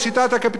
שהצליחה.